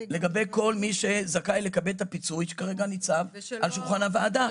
לגבי כל מי שזכאי לקבל את הפיצוי שכרגע ניצב על שולחן הוועדה.